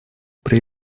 при